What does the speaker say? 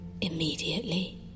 immediately